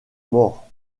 mort